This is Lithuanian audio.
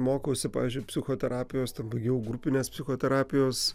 mokausi pavyzdžiui psichoterapijos baigiau grupinės psichoterapijos